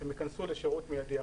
הם ייכנסו לשירות מיידי.